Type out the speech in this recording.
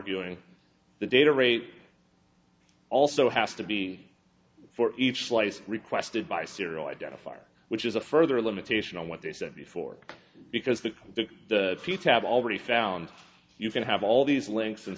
uing the data rate also has to be for each slice requested by serial identifier which is a further limitation on what they said before because the few to have already found you can have all these links